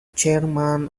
chairman